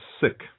sick